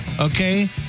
okay